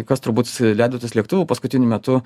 kas turbūt leidotės lėktuvu paskutiniu metu